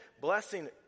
Blessing